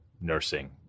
nursing